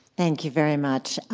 thank you very much.